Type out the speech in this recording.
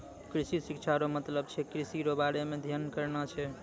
कृषि शिक्षा रो मतलब छै कृषि रो बारे मे अध्ययन करना छै